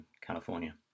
California